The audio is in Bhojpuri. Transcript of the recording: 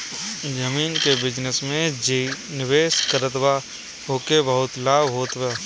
जमीन के बिजनस में जे निवेश करत बा ओके बहुते लाभ होत हवे